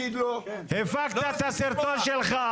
הפקת את הסרטון שלך,